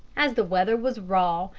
as the weather was raw,